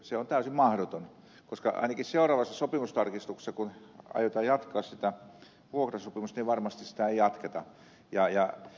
se on täysin mahdotonta koska ainakin seuraavassa sopimustarkistuksessa kun aiotaan jatkaa sitä vuokrasopimusta varmasti sitä ei jatketa